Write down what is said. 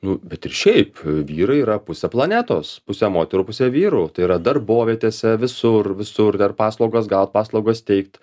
nu bet ir šiaip vyrai yra pusė planetos pusė moterų pusė vyrų tai yra darbovietėse visur visur dar paslaugas gaut paslaugas teikt